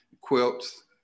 quilts